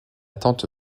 tante